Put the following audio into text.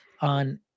on